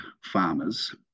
farmers